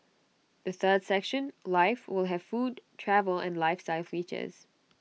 the third section life will have food travel and lifestyle features